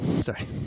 sorry